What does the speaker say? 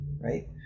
right